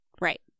Right